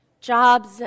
Jobs